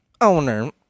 owner